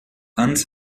hans